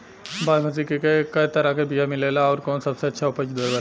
बासमती के कै तरह के बीया मिलेला आउर कौन सबसे अच्छा उपज देवेला?